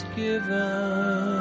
given